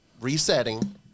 resetting